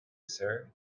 sir